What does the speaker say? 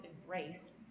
embrace